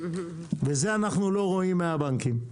ואת זה אנחנו לא רואים מהבנקים.